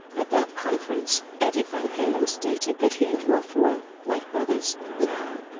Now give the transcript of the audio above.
at that conference, eddie van halen stated that he and roth were like brothers now.